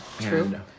True